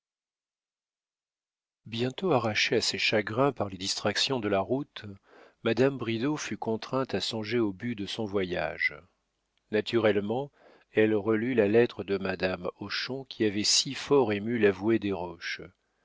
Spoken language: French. bientôt arrachée à ses chagrins par les distractions de la route madame bridau fut contrainte à songer au but de son voyage naturellement elle relut la lettre de madame hochon qui avait si fort ému l'avoué desroches